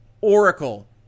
Oracle